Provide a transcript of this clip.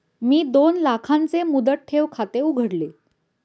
मी दोन लाखांचे मुदत ठेव खाते उघडले